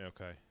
Okay